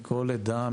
מכל עדה,